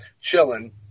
chilling